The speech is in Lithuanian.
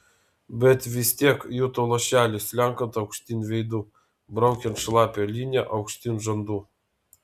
bet vis tiek juto lašelį slenkant aukštyn veidu braukiant šlapią liniją aukštyn žandu